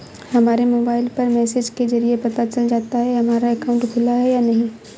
हमारे मोबाइल पर मैसेज के जरिये पता चल जाता है हमारा अकाउंट खुला है या नहीं